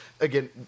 Again